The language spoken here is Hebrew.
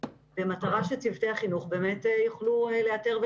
במטרה שצוותי החינוך באמת יוכלו לאתר ולזהות.